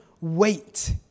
Wait